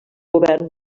govern